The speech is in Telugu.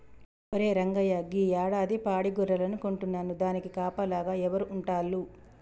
ఒరే రంగయ్య గీ యాడాది పాడి గొర్రెలను కొంటున్నాను దానికి కాపలాగా ఎవరు ఉంటాల్లు